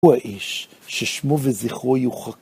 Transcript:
הוא האיש ששמו וזכרו..